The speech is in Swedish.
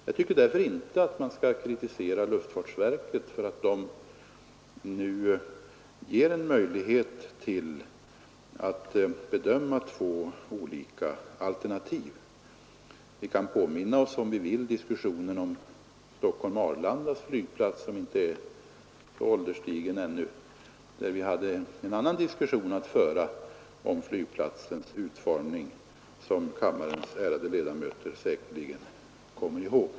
Jag tycker därför inte att man skall kritisera luftfartsverket för att det nu ger en möjlighet att bedöma två olika alternativ. Vi kan påminna oss, om vi vill, frågan om Stockholm-Arlandas flygplats som inte är så ålderstigen ännu. Vi hade där en annan diskussion att föra om flygplatsens utformning som kammarens ärade ledamöter säkerligen kommer ihåg.